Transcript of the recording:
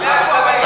משני הצדדים.